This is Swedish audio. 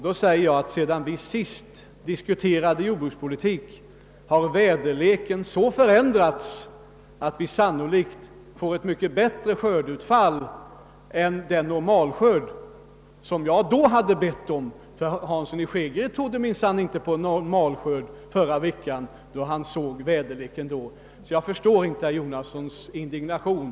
Nu säger jag att sedan vi sist diskuterade jordbrukspolitiken har väderleken så förändrats, att vi sannolikt får ett mycket bättre skördeutfall än den normalskörd som jag bad om. Herr Hansson i Skegrie trodde minsann inte förra veckan på en normalskörd med hänsyn till den väderlek som då rådde. Jag förstår alltså inte herr Jonassons indignation.